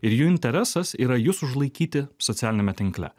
ir jų interesas yra jus užlaikyti socialiniame tinkle